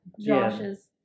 Josh's